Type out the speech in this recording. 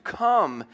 come